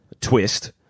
twist